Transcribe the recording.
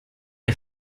hai